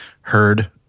heard